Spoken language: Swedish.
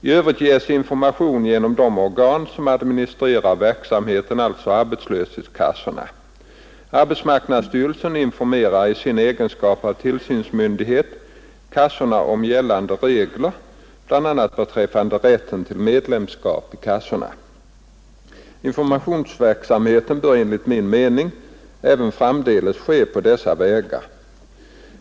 I övrigt ges information genom de organ som administrerar verksamheten, alltså arbetslöshetskassorna. Arbetsmarknadsstyrelsen informerar i sin egenskap av tillsynsmyndighet kassorna om gällande regler bl.a. beträffande rätten till medlemskap i kassorna. Informationsverksamheten bör enligt min mening även framdeles ske på dessa vägar.